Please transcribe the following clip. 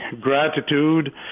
gratitude